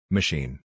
Machine